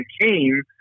came